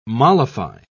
Mollify